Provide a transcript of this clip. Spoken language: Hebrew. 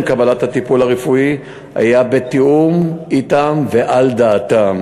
קבלת הטיפול הרפואי הייתה בתיאום אתם ועל דעתם,